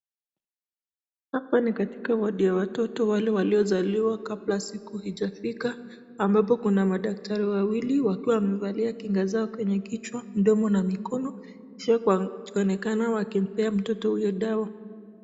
Hapa ni katika wadi ya watoto wale waliozaliwa kabla siku haijafika ambapo kuna madaktari wawili wakiwa wamevalia kinga zao kwenye kichwa midomo na mikono kisha kuonekana kumpea mtoto huyo dawa.